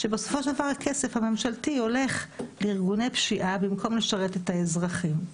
בסופו של דבר הכסף הממשלתי הולך לארגוני פשיעה במקום לשרת את האזרחים.